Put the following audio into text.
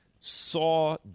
saw